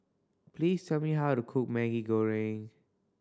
please tell me how to cook Maggi Goreng